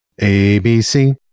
ABC